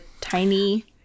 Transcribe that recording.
tiny